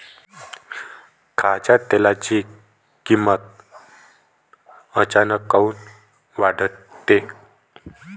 खाच्या तेलाची किमत अचानक काऊन वाढते?